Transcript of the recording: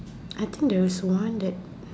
I think there's one that